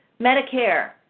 Medicare